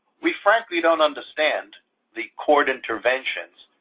we frankly don't understand the court interventions,